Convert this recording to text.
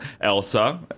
Elsa